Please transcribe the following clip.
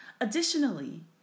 Additionally